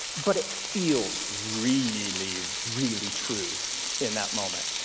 but it feels really, really true in that moment.